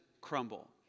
crumble